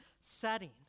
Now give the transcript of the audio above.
setting